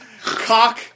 Cock